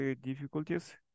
difficulties